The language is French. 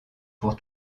pour